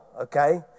okay